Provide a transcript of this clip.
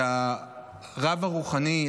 את הרב הרוחני,